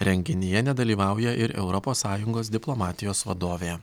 renginyje nedalyvauja ir europos sąjungos diplomatijos vadovė